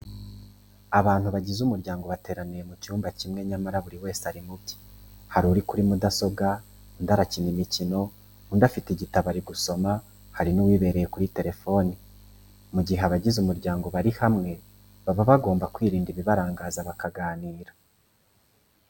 Abantu bagize umuryango bateraniye mu cyumba kimwe nyamara buri wese ari mu bye, hari uri kuri mudasobwa, undi arakina imikino, undi afite igitabo ari gusoma, hari n'uwibereye kuri telefoni. Mu gihe abagize umuryango bari hamwe baba bagomba kwirinda ibibarangaza bakaganira.